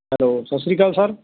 hello ਸਤਿ ਸ਼੍ਰੀ ਅਕਾਲ ਸਰ